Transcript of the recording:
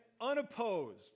unopposed